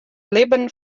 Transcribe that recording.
libben